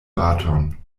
baton